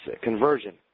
conversion